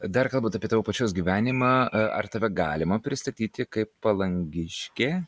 dar kalbant apie tavo pačios gyvenimą ar tave galima pristatyti kaip palangiškę